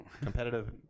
competitive